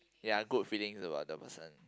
ya good feelings about the person